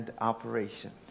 operations